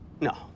No